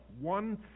one